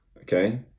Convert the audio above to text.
okay